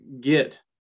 get